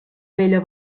vella